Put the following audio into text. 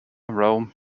rome